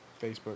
Facebook